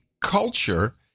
culture